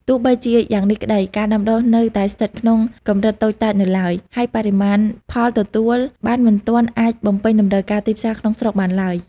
ទោះបីជាយ៉ាងនេះក្តី ការដាំដុះនៅតែស្ថិតក្នុងកម្រិតតូចតាចនៅឡើយ ហើយបរិមាណផលទទួលបានមិនទាន់អាចបំពេញតម្រូវការទីផ្សារក្នុងស្រុកបានឡើយ។